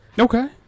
Okay